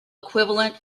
equivalent